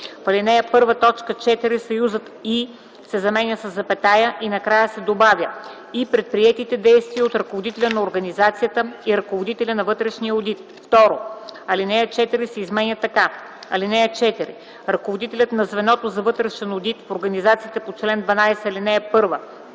В ал. 1, т. 4 съюзът „и” се заменя със запетая и накрая се добавя „и предприетите действия от ръководителя на организацията и ръководителя на вътрешния одит”. 2. Алинея 4 се изменя така: „(4) Ръководителят на звеното за вътрешен одит в организациите по чл. 12, ал. 1,